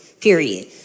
Period